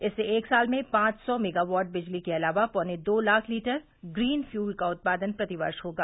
इससे एक साल में पांच सौ मेगावाट बिजली के अलावा पौने दो लाख लीटर ग्रीन फ़यूल का उत्पादन प्रति वर्ष होगा